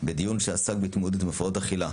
בדיון שעסק בהתמודדות עם הפרעות אכילה.